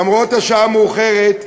למרות השעה המאוחרת,